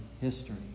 history